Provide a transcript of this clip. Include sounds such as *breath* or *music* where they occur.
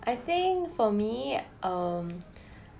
I think for me um *breath*